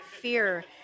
fear